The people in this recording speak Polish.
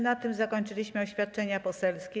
Na tym zakończyliśmy oświadczenia poselskie.